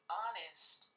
honest